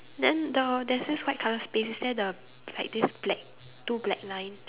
then the there's this white colour space is there the like this black two black lines